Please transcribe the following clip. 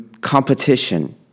competition